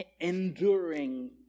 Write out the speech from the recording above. enduring